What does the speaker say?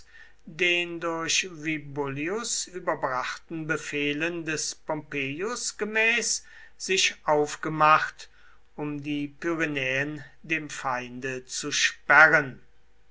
den durch vibullius überbrachten befehlen des pompeius gemäß sich aufgemacht um die pyrenäen dem feinde zu sperren